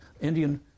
Indian